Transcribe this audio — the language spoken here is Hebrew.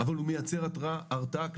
האלימות היא, גם אם היא הולכת ונהית,